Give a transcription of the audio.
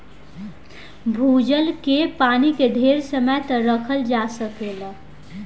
भूजल के पानी के ढेर समय तक रखल जा सकेला